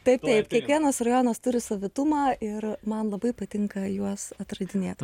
taip taip kiekvienas rajonas turi savitumą ir man labai patinka juos atradinėt